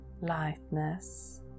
lightness